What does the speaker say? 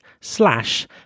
slash